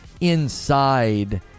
inside